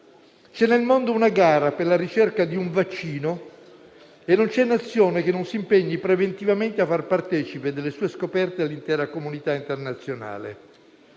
C'è nel mondo una gara per la ricerca di un vaccino e non c'è Nazione che non si impegni preventivamente a far partecipe delle sue scoperte l'intera comunità internazionale.